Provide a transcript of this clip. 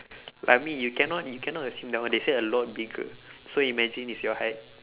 I mean you cannot you cannot assume that when they say a lot bigger so imagine is your height